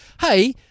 hey